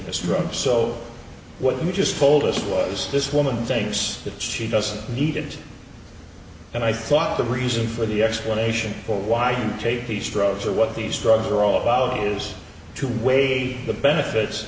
this road so what you just told us was this woman thinks that she doesn't need it and i thought the reason for the explanation for why i didn't take these drugs or what these drugs are all about is to weigh the benefits